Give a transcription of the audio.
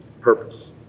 purpose